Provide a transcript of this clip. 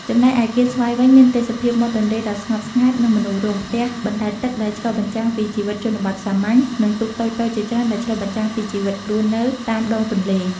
ចំណែកឯកៀនស្វាយវិញ មានទេសភាពមាត់ទន្លេដ៏ស្ងប់ស្ងាត់និងមនោរម្យ ផ្ទះបណ្តែតទឹកដែលឆ្លុះបញ្ចាំងពីជីវិតជនបទសាមញ្ញ និងទូកតូចៗជាច្រើនដែលឆ្លុះបញ្ចាំងពីជីវិតរស់នៅតាមដងទន្លេ។